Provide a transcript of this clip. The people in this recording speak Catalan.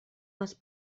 les